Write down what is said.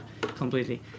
completely